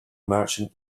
merchant